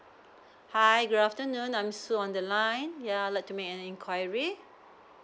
hi good afternoon I'm su on the line yeah I'd like to make an enquiry